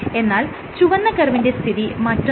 എന്നാൽ ചുവന്ന കർവിന്റെ സ്ഥിതി മറ്റൊന്നാണ്